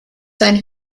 seinen